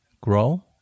grow